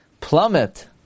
plummet